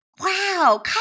Wow